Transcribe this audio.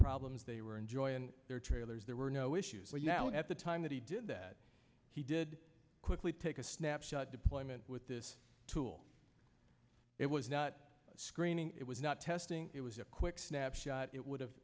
problems they were enjoying their trailers there were no issues where now at the time that he did that he did quickly take a snapshot deployment with this tool it was not screening it was not testing it was a quick snapshot it would have